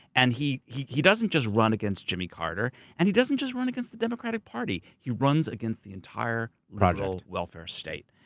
and he he doesn't just run against jimmy carter. and he doesn't just run against the democratic party. he runs against the entire liberal welfare state.